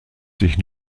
sich